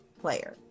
player